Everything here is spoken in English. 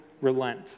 relent